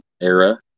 era